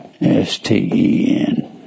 S-T-E-N